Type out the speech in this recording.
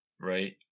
right